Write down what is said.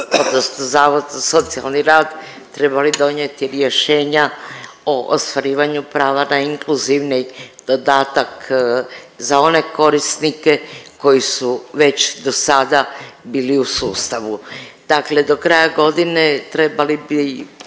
odnosno Zavod za socijalni rad trebali donijeti rješenja o ostvarivanju prava na inkluzivni dodatak za one korisnike koji su već do sada bili u sustavu. Dakle, do kraja godine trebali bi